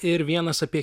ir vienas apie